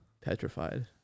Petrified